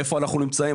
איפה אנחנו נמצאים?